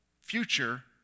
future